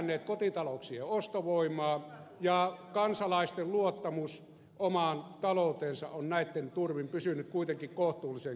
ne ovat lisänneet kotitalouksien ostovoimaa ja kansalaisten luottamus omaan talouteensa on näitten turvin pysynyt kuitenkin kohtuullisen korkealla